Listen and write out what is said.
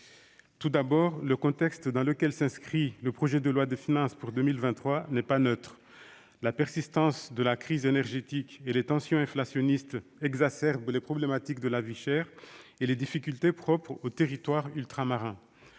Tout d'abord, le contexte dans lequel s'inscrit l'examen du projet de loi de finances pour 2023 n'est pas neutre : la persistance de la crise énergétique et les tensions inflationnistes exacerbent les problématiques de la vie chère et les difficultés propres aux territoires ultramarins.